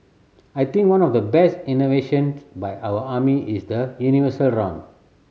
I think one of the best inventions by our army is the universal round